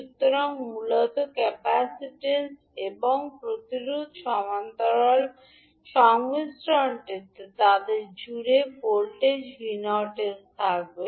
সুতরাং মূলত ক্যাপাসিট্যান্স এবং প্রতিরোধের সমান্তরাল সংমিশ্রণটিতে তাদের জুড়ে ভোল্টেজ 𝑉0 𝑠 থাকবে